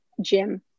gym